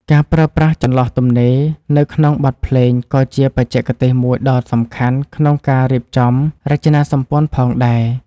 ការប្រើប្រាស់ចន្លោះទំនេរនៅក្នុងបទភ្លេងក៏ជាបច្ចេកទេសមួយដ៏សំខាន់ក្នុងការរៀបចំរចនាសម្ព័ន្ធផងដែរ។